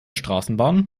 straßenbahn